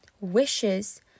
wishes